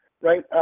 right